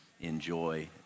enjoy